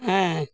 ᱦᱮᱸ